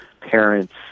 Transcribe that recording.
parents